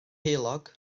heulog